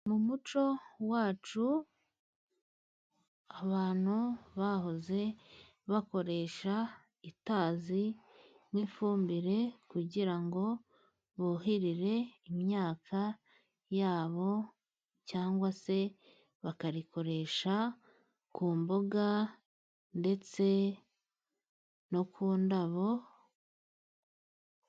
Mu muco wacu abantu bahoze bakoresha itazi nk'ifumbire kugira ngo buhirire imyaka yabo cyangwa se bakarikoresha ku mbuga ndetse no ku ndabo.